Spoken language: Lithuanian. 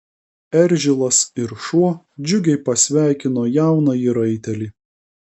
eržilas ir šuo džiugiai pasveikino jaunąjį raitelį